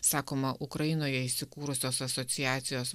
sakoma ukrainoje įsikūrusios asociacijos